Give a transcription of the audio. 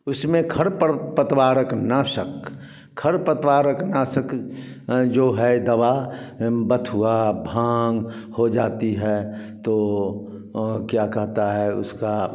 उसमें खरपर पतवार नाशक खरपतवारनाशक जो है दवा बथुआ भाँग हो जाती है तो क्या कहते हैं उसका